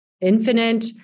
infinite